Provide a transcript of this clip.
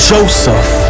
Joseph